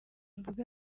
mvuga